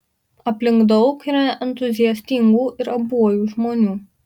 aplink daug ir entuziastingų ir abuojų žmonių